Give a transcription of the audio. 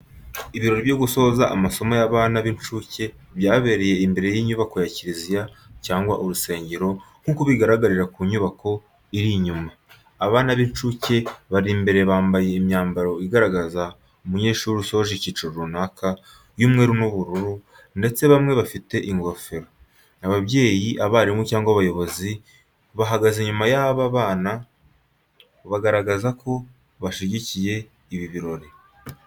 Ibirori byo gusoza amasomo y'abana b'inshuke byabereye imbere y’inyubako ya kiriziya cyangwa urusengero, nk'uko bigaragarira ku nyubako iri inyuma. Abana b’inshuke bari imbere bambaye imyambaro igaragaza umunyeshuri usoje icyiciro runaka, y’umweru n’ubururu, ndetse bamwe bafite ingofero. Ababyeyi, abarimu cyangwa abayobozi bahagaze inyuma y'aba bana, bagaragaza ko bashyigikiye ibi birori.